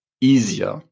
easier